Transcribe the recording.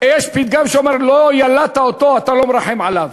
יש פתגם שאומר: לא ילדת אותו, אתה לא מרחם עליו.